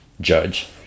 Judge